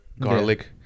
garlic